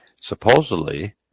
Supposedly